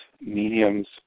mediums